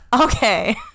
okay